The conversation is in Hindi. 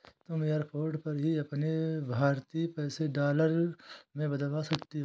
तुम एयरपोर्ट पर ही अपने भारतीय पैसे डॉलर में बदलवा सकती हो